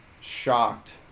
shocked